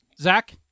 Zach